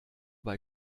bei